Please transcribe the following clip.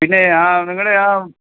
പിന്നേ ആ നിങ്ങളുടെ ആ